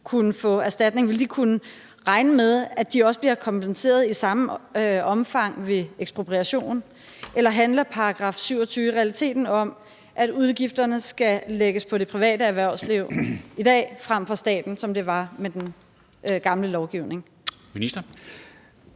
kunne få erstatning, kunne regne med, at de også bliver kompenseret i samme omfang ved ekspropriation? Eller handler § 27 i realiteten om, at udgifterne skal lægges på det private erhvervsliv i dag frem for hos staten, som det var med den gamle lovgivning? Kl.